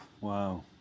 Wow